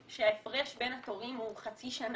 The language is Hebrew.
שההפרש בין התורים הוא חצי שנה,